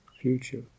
future